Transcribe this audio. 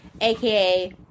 aka